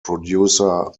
producer